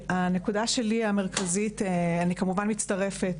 אני, כמובן, מצטרפת